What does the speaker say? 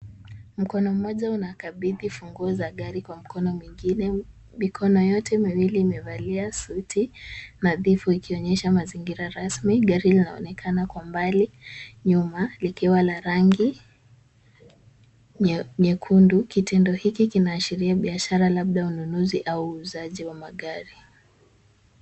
Mkono mmoja unakabidhi funguo za gari kwa mkono mwingine. Mikono yote miwili imevalia suti nadhifu ikionyesha mazingira rasmi. Gari linaonekana kwa mbali nyuma, likiwa la rangi nyekundu. Kitendo hiki kinaashiria biashara, labda ununuzi au uuzaji wa magari.